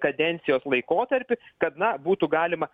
kadencijos laikotarpiu kad na būtų galima